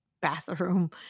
bathroom